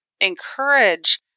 encourage